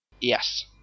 Yes